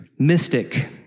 mystic